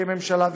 כממשלה,